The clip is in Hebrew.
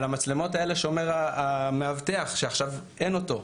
על המצלמות האלה שומר המאבטח שעכשיו אין אותו.